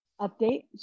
update